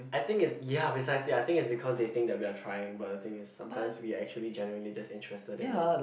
I think it's ya precisely I think it's because they think that we are trying but the thing is sometimes we are actually generally just interested in it